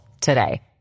today